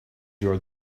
your